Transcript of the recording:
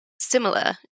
similar